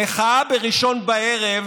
המחאה בראשון בערב